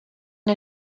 der